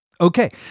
Okay